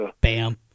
Bam